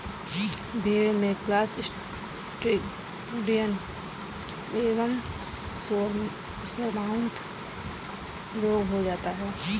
भेड़ में क्लॉस्ट्रिडियल एवं सोरमाउथ रोग हो जाता है